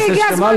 אני מסיימת,